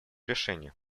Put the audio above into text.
решения